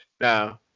No